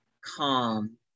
calm